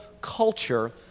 culture